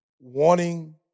wanting